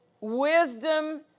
wisdom